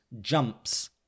jumps